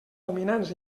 dominants